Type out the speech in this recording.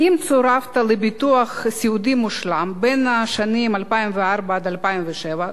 "אם צורפת לביטוח סיעודי 'מושלם' בשנים 2004 2007,